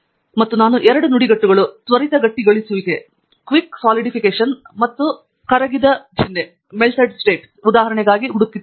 ಮತ್ತು ನಾನು 2 ನುಡಿಗಟ್ಟುಗಳು ತ್ವರಿತ ಗಟ್ಟಿಗೊಳಿಸುವಿಕೆ ಮತ್ತು ಕರಗಿದ ಸ್ಪಿನ್ಗೆ ಉದಾಹರಣೆಯಾಗಿ ಹುಡುಕಿದೆ